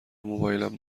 موبایلم